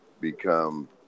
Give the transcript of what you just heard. become